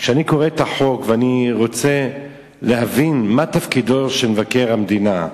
כשאני קורא את הצעת החוק ואני רוצה להבין מה תפקידו של מבקר המדינה,